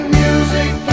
music